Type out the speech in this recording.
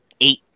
eight